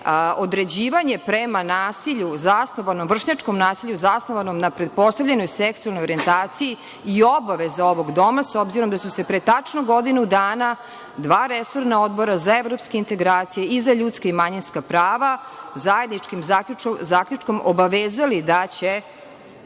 određivanje prema nasilju, vršnjačkom nasilju, zasnovano na pretpostavljenoj seksualnoj orijentaciji i obaveza ovog Doma, s obzirom da su se pre tačno godinu dana dva resorna odbora za evropske integracije i za ljudska i manjinska prava zajedničkim zaključkom obavezali da će